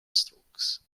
strokes